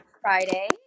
Friday